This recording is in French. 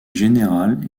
général